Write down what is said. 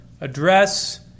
address